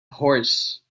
horse